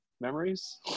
memories